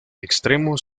extremo